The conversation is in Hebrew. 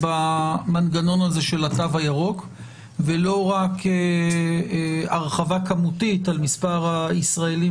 במנגנון הזה של התו הירוק ולא רק הרחבה כמותית על מספר הישראלים